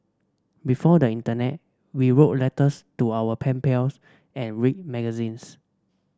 before the internet we wrote letters to our pen pals and read magazines